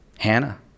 Hannah